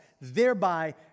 thereby